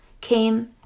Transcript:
came